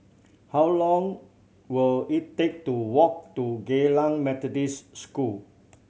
how long will it take to walk to Geylang Methodist School